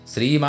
Sri